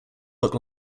look